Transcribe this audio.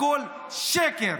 הכול שקר.